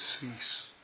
cease